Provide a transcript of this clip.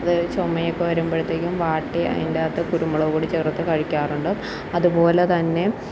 അതു ചുമയൊക്കെ വരുമ്പോഴത്തേക്കും വാട്ടി അതിൻ്റെ അകത്ത് കുരുമുളകു പൊടി ചേർത്തു കഴിക്കാറുണ്ട് അതുപോലെതന്നെ